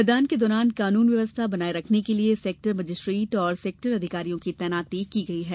मतदान के दौरान कानून व्यवस्था बनाये रखने के लिये सेक्टर मजिस्ट्रेट और सेक्टर अधिकारियों की तैनाती की गयी है